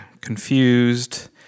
confused